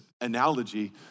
analogy